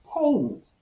tamed